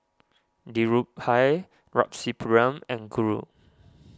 Dhirubhai Rasipuram and Guru